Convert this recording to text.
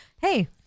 Hey